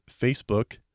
Facebook